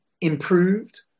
improved